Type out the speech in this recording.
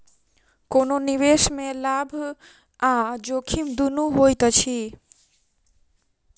कोनो निवेश में लाभ आ जोखिम दुनू होइत अछि